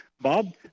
Bob